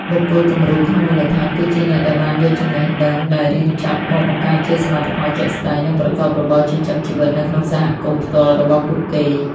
បុគ្គលគំរូក្នុងមូលដ្ឋាន គឺជាអ្នកដែលបានយកចំណេះដឹងដែលរៀនចប់ មកបង្កើតជាសមិទ្ធផលជាក់ស្ដែង និងប្រកបរបរចិញ្ចឹមជីវិតនៅក្នុងសហគមន៍ផ្ទាល់របស់ពួកគេ។